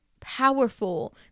powerful